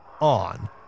on